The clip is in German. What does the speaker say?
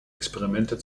experimente